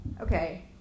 Okay